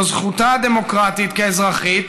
זו זכותה הדמוקרטית כאזרחית,